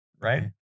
right